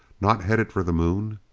not headed for the moon?